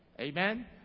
Amen